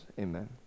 Amen